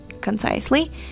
concisely